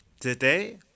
today